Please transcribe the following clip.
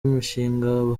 mishinga